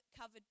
covered